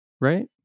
right